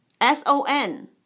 S-O-N